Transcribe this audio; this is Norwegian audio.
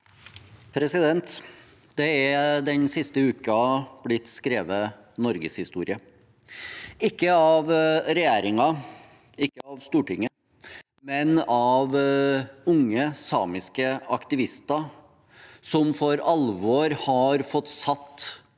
siste uken er det blitt skrevet norgeshistorie – ikke av regjeringen, ikke av Stortinget, men av unge samiske aktivister som for alvor har fått satt en